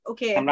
Okay